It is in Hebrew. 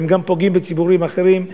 הן גם פוגעות בציבורים אחרים,